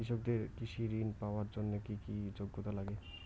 কৃষকদের কৃষি ঋণ পাওয়ার জন্য কী কী যোগ্যতা লাগে?